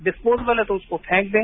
disposable है तो उसको फेंक दें